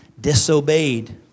disobeyed